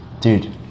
dude